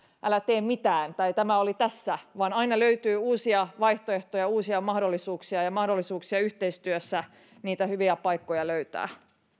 älä tee mitään tai tämä oli tässä vaan aina löytyy uusia vaihtoehtoja uusia mahdollisuuksia ja mahdollisuuksia yhteistyössä niitä hyviä paikkoja löytää